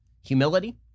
humility